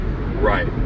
right